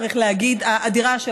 צריך להגיד האדירה,